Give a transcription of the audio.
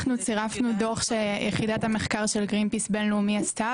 אנחנו צירפנו דוח שיחידת המחקר שגרינפיס בינלאומי עשתה